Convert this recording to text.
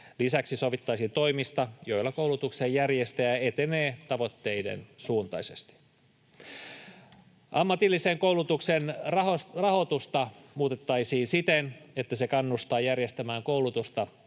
Lisäksi sovittaisiin toimista, joilla koulutuksen järjestäjä etenee tavoitteiden suuntaisesti. Ammatillisen koulutuksen rahoitusta muutettaisiin siten, että se kannustaa järjestämään koulutusta